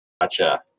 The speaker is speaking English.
gotcha